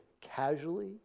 casually